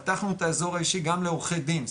פתחנו את האזור האישי גם לעורכי דין,